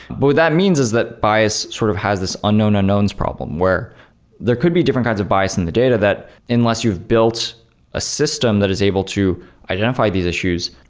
but what that means is that bias sort of has this unknown unknowns problem, where there could be different kinds of bias in the data that unless you've built a system that is able to identify these issues,